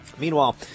Meanwhile